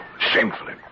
shamefully